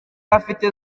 afite